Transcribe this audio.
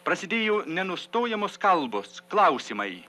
prasidėjo nenustojamos kalbos klausimai